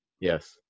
Yes